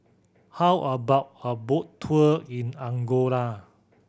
how about a boat tour in Angola